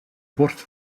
bord